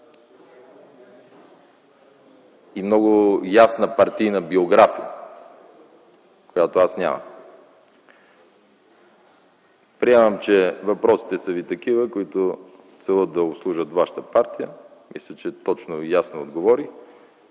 И много ясна партийна биография, която аз нямах. Приемам, че въпросите ви са такива, каквито целят да обслужват вашата партия. Мисля, че точно и ясно отговорих